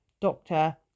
doctor